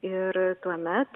ir tuomet